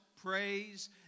praise